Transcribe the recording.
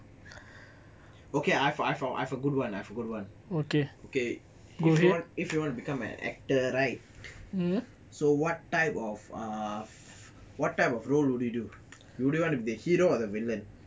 okay I've I've I've a good [one] I have a good [one] okay if you want to become an actor right so what type of what type of role would you do do you want to be the hero or the villain